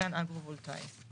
מיתקן אגרו-וולטאי";